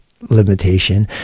limitation